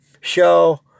show